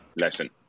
lesson